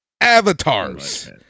Avatars